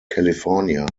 california